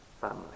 family